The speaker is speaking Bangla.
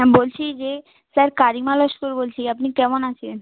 হ্যাঁ বলছি যে স্যার কারিমা লস্কর বলছি আপনি কেমন আছেন